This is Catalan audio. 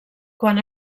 quan